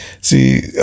See